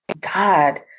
God